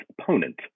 opponent